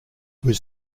was